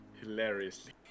hilariously